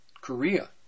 Korea